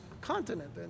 continent